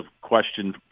question